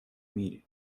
мере